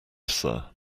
sir